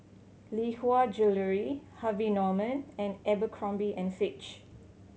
Lee Hwa Jewellery Harvey Norman and Abercrombie and Fitch